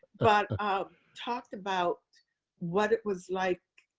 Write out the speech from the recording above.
but ah talked about what it was like.